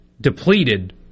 depleted